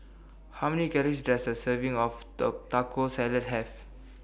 How Many Calories Does A Serving of Taco Salad Have